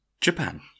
Japan